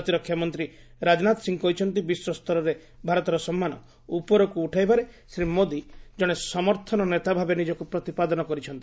ପ୍ରତିରକ୍ଷାମନ୍ତ୍ରୀ ରାଜନାଥ ସିଂହ କହିଛନ୍ତି ବିଶ୍ୱସ୍ତରରେ ଭାରତର ସମ୍ମାନ ଉପରକୁ ଉଠାଇବାରେ ଶ୍ରୀ ମୋଦି ଜଣେ ସମର୍ଥନ ନେତାଭାବେ ନିଜକୁ ପ୍ରତିପାଦନ କରିଛନ୍ତି